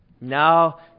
Now